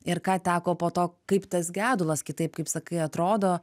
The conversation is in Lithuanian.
ir ką teko po to kaip tas gedulas kitaip kaip sakai atrodo